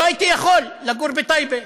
לא הייתי יכול לגור בטייבה.